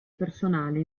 personale